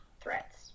threats